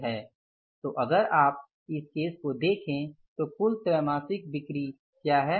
तो अगर आप इस केस को देखे तो कुल त्रैमासिक बिक्री क्या है